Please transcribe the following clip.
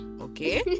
okay